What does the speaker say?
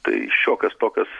tai šiokias tokias